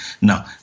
Now